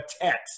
text